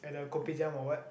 at the Kopitiam or what